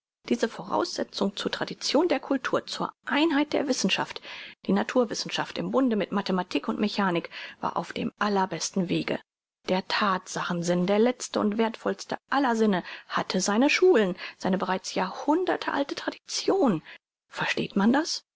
diese voraussetzung zur tradition der cultur zur einheit der wissenschaft die naturwissenschaft im bunde mit mathematik und mechanik war auf dem allerbesten wege der thatsachen sinn der letzte und werthvollste aller sinne hatte seine schulen seine bereits jahrhunderte alte tradition versteht man das